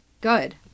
Good